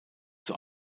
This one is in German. zur